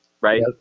right